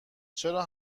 چرا